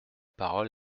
parole